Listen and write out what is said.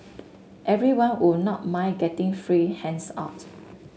everyone would not mind getting free hands out